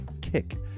kick